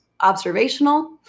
observational